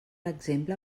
exemple